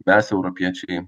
mes europiečiai